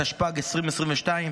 התשפ"ג 2022,